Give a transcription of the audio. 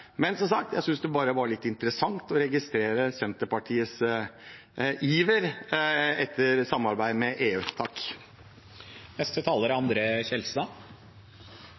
Jeg synes som sagt det var litt interessant å registrere Senterpartiets iver etter samarbeid med EU.